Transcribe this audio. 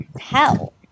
hell